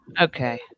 okay